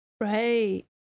Right